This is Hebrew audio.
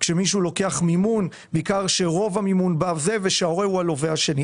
כשמישהו לוקח מימון וכאשר ההורה הוא הלווה השני.